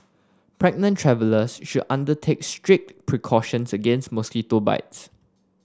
pregnant travellers should undertake strict precautions against mosquito bites